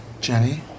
Jenny